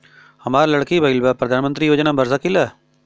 हमार लड़की भईल बा प्रधानमंत्री योजना भर सकीला?